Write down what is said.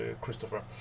Christopher